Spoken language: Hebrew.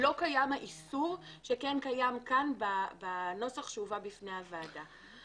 לא קיים האיסור שכן קיים כאן בנוסח שהובא בפני הוועדה.